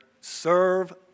Serve